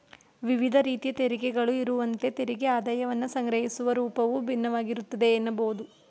ವಿವಿಧ ರೀತಿಯ ತೆರಿಗೆಗಳು ಇರುವಂತೆ ತೆರಿಗೆ ಆದಾಯವನ್ನ ಸಂಗ್ರಹಿಸುವ ರೂಪವು ಭಿನ್ನವಾಗಿರುತ್ತೆ ಎನ್ನಬಹುದು